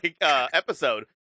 episode